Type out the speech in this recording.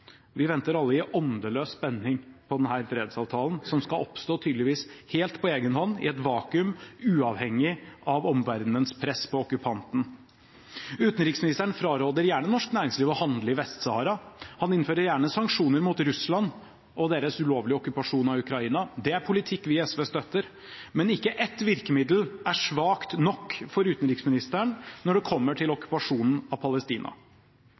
Vi venter alle i åndeløs spenning på denne fredsavtalen, som tydeligvis skal oppstå helt på egen hånd, i et vakuum, uavhengig av omverdenens press på okkupanten. Utenriksministeren fraråder gjerne norsk næringsliv å handle i Vest-Sahara. Han innfører gjerne sanksjoner mot Russland for dets ulovlige okkupasjon av Ukraina. Det er politikk vi i SV støtter. Men ikke ett virkemiddel er svakt nok for utenriksministeren når det kommer til okkupasjonen av Palestina.